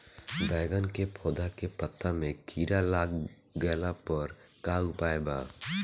बैगन के पौधा के पत्ता मे कीड़ा लाग गैला पर का उपाय बा?